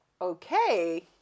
okay